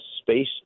space